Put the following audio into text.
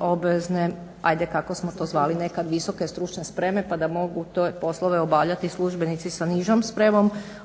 obvezne ajde kako smo to zvali nekad visoke stručne spreme pa da mogu te poslove obavljati i službenici sa nižom spremom.